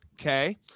Okay